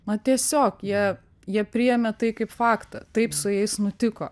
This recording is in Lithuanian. na tiesiog jie jie priėmė tai kaip faktą taip su jais nutiko